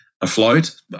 afloat